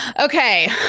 Okay